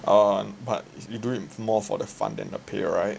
ah but you do it more for the fun than the pay right